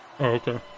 Okay